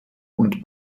und